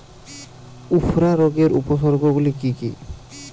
উফরা রোগের উপসর্গগুলি কি কি?